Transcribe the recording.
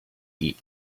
eat